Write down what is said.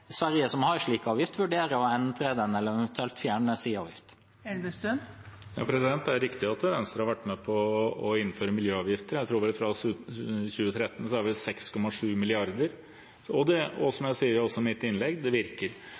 Sverige, som har en slik avgift, vurderer å endre den eller eventuelt fjerne sin avgift? Det er riktig at Venstre har vært med på å innføre miljøavgifter. Jeg tror at fra 2013 er det vel 6,7 mrd. kr, og som jeg også sa i mitt innlegg, virker det.